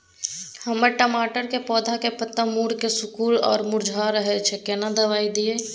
हमर टमाटर के पौधा के पत्ता मुड़के सिकुर आर मुरझाय रहै छै, कोन दबाय दिये?